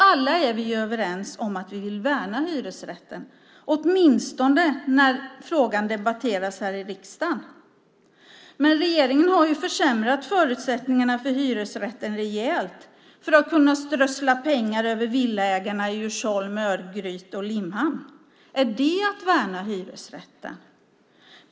Alla är vi överens om att vi vill värna hyresrätten, åtminstone när frågan debatteras här i riksdagen. Men regeringen har försämrat förutsättningarna för hyresrätten rejält för att kunna strö pengar över villaägarna i Djursholm, Örgryte och Limhamn. Är det att värna hyresrätten?